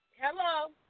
hello